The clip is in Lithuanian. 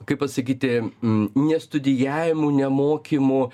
kaip pasakyti nestudijavimu nemokymu